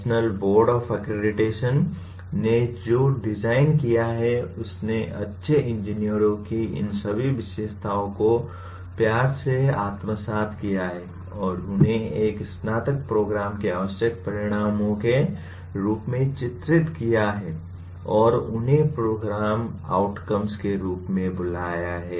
national Board of Accreditation ने जो design किया है उसने अच्छे इंजीनियरों की इन सभी विशेषताओं को प्यार से आत्मसात किया है और उन्हें एक स्नातक प्रोग्राम के आवश्यक परिणामों के रूप में चित्रित किया है और उन्हें प्रोग्राम आउटकम्स के रूप में बुलाया है